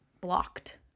blocked